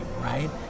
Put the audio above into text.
right